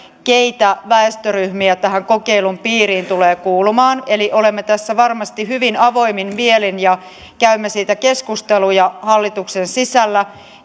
keitä väestöryhmiä tähän kokeilun piiriin tulee kuulumaan eli olemme tässä varmasti hyvin avoimin mielin ja käymme siitä keskusteluja hallituksen sisällä